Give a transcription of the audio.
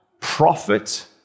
prophet